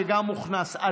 שגם הוכנס,